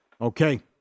Okay